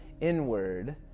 inward